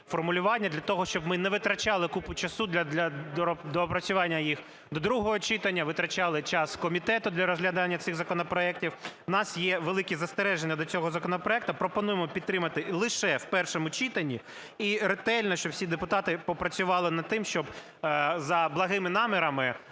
для того, щоб ми не витрачали купу часу для доопрацювання їх до другого читання, витрачали час комітету для розглядання цих законопроектів. В нас є великі застереження до цього законопроекту. Пропонуємо підтримати лише в першому читанні, і ретельно щоб всі депутати попрацювали над тим, щоб за благими намірами,